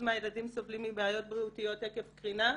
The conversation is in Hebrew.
מהילדים סובלים מבעיות בריאותיות עקב קרינה.